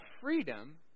freedom